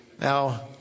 Now